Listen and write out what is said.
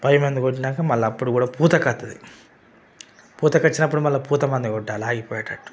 పై మందు కొట్టినంక మళ్ళ అప్పుడు కూడా పూతకొస్తుంది పూతకొచ్చినప్పుడు మళ్ళ పూత మందు కొట్టాల అయి పోయేటట్టు